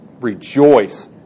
rejoice